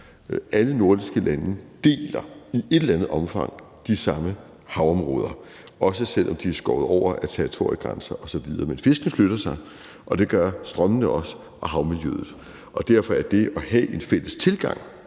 alle nordiske lande deler i et eller andet omfang de samme havområder, også selv om de er skåret over af territoriegrænser osv. Men fiskene flytter sig, og det gør strømmene og havmiljøet også, og derfor er det at have en fælles tilgang